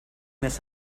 this